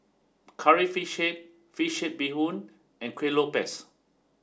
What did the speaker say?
Curry Fish Head Fish Head Bee Hoon and Kueh Lopes